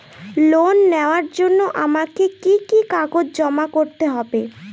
Loan নেওয়ার জন্য আমাকে কি কি কাগজ জমা করতে হবে?